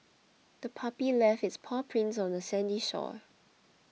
the puppy left its paw prints on the sandy shore